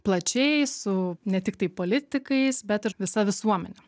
plačiai su ne tiktai politikais bet ir visa visuomene